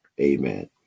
Amen